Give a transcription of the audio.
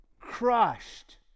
crushed